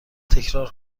تکرار